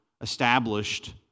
established